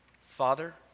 Father